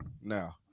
now